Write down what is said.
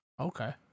Okay